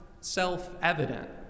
self-evident